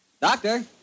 Doctor